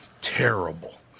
Terrible